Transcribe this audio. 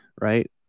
right